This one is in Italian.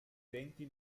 denti